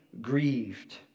grieved